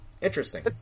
Interesting